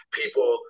people